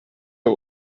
are